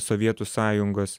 sovietų sąjungos